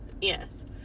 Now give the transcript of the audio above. Yes